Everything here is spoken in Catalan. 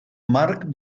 marc